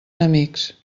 enemics